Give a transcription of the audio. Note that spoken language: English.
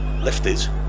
lifted